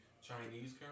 Chinese